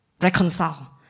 reconcile